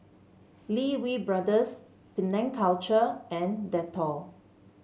Lee Wee Brothers Penang Culture and Dettol